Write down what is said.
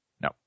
No